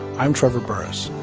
i'm trevor burrus.